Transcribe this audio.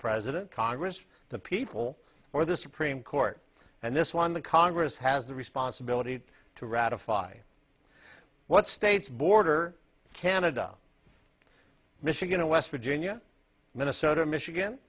president congress the people or the supreme court and this one the congress has the responsibility to ratify what states border canada michigan west virginia minnesota michigan